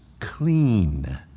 clean